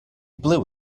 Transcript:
blew